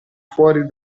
fuori